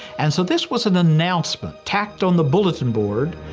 and so this was an announcement tacked on the bulletin board,